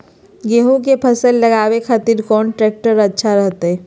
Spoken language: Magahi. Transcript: गेहूं के फसल लगावे खातिर कौन ट्रेक्टर अच्छा रहतय?